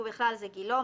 ובכלל זה גילו,